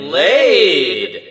laid